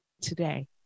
today